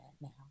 now